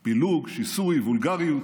פילוג, שיסוי, וולגריות.